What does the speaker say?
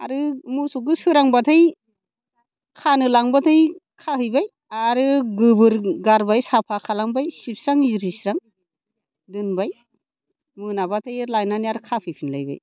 आरो मोसौखौ सोरांबाथाय खानो लांबाथाय खाहैबाय आरो गोबोर गारबाय साफा खालामबाय सिबस्रां इरिस्रां दोनबाय मोनाबाथाय लायनानै आरो खाफैफिनलायबाय